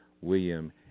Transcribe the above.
William